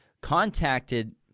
contacted